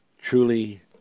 truly